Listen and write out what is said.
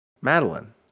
Madeline